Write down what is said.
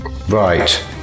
Right